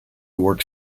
works